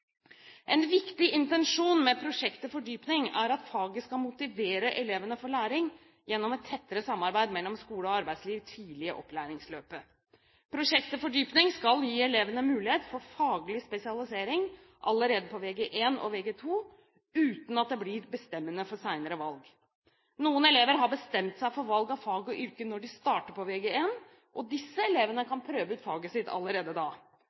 En viktig intensjon med prosjekt til fordypning er at faget skal motivere elevene for læring gjennom et tettere samarbeid mellom skole og arbeidsliv tidlig i opplæringsløpet. Prosjekt til fordypning skal gi elevene mulighet for faglig spesialisering allerede på Vg1 og Vg2, uten at det blir bestemmende for senere valg. Noen elever har bestemt seg for valg av fag og yrke når de starter på Vg1, og disse elevene kan prøve ut faget sitt allerede da.